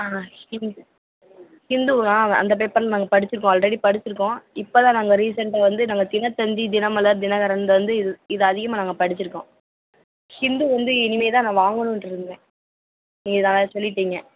ஆ ஹிந்து ஹிந்து ஆ அந்த பேப்பர் நாங்கள் படிச்சிருக்கோம் ஆல்ரெடி படிச்சிருக்கோம் இப்போதான் நாங்கள் ரீசெண்ட்டாக வந்து நாங்கள் தினத்தந்தி தினமலர் தினகரன்ல வந்து இது இது அதிகமாக நாங்கள் படிச்சிருக்கோம் ஹிந்து வந்து இனிமேல்தான் நான் வாங்கணுன்ட்ருந்தேன் நீங்கள் இதை சொல்லிட்டீங்கள்